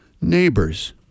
neighbors